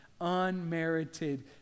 unmerited